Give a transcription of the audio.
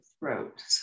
Throat